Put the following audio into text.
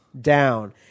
down